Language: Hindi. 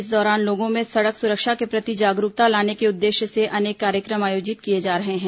इस दौरान लोगों में सड़क सुरक्षा के प्रति जागरूकता लाने के उद्देश्य से अनेक कार्यक्रम आयोजित किए जा रहे हैं